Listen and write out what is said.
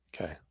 Okay